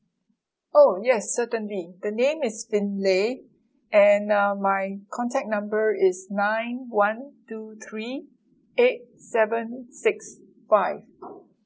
oh yes certainly the name is xin li and uh my contact number is nine one two three eight seven six five